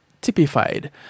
typified